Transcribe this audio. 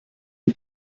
die